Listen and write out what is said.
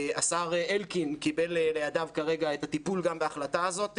השר אלקין קיבל לידיו את הטיפול גם בהחלטה הזאת,